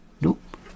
Nope